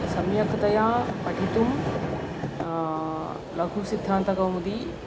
सम्यक्तया पठितुं लघुसिद्धान्तकौमुदी कृता अस्ति